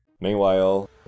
Meanwhile